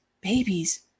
babies